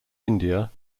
india